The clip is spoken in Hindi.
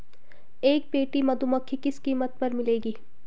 एक पेटी मधुमक्खी किस कीमत पर मिलेगी?